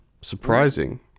Surprising